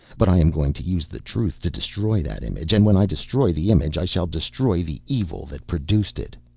but i am going to use the truth to destroy that image, and when i destroy the image i shall destroy the evil that produced it.